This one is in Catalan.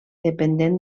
dependent